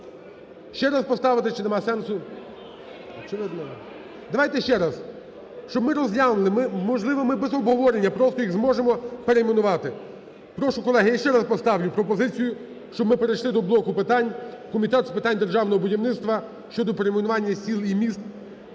Ще раз поставити чи нема сенсу? Давайте ще раз, щоб ми розглянули, можливо, ми без обговорення просто їх зможемо перейменувати. Прошу, колеги, я ще раз поставлю пропозицію, щоб ми перейшли до блоку питань Комітету з питань державного будівництва щодо перейменування сіл і міст,